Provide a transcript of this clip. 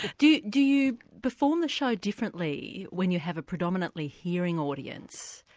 do you do you perform the show differently when you have a predominantly hearing audience,